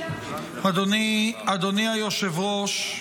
אדוני היושב-ראש,